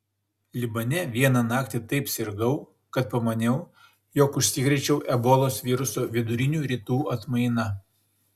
libane vieną naktį taip sirgau kad pamaniau jog užsikrėčiau ebolos viruso vidurinių rytų atmaina